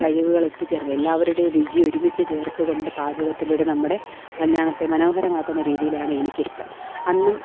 കഴിവുകളൊത്തു ചേർന്ന് എല്ലാവരുടെയും രുചി ഒരുമിച്ച് ചേർത്ത് കൊണ്ട് പാചകത്തിലൂടെ നമ്മുടെ കല്യാണത്തെ മനോഹരമാക്കുന്ന രീതിയിലാണ് എനിക്കിഷ്ടം അന്നും